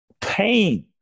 pain